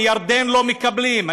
מירדן לא מקבלים.